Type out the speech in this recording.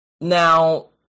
Now